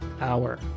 hour